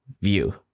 view